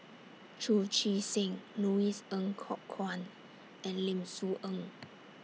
Chu Chee Seng Louis Ng Kok Kwang and Lim Soo Ngee